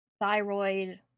thyroid